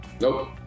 Nope